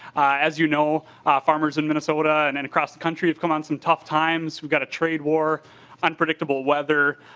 as you know farmers in minnesota and and across the country of come on some tough times we've got a trade war unpredictable weather.